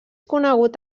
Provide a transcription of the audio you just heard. conegut